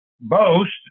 boast